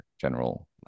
general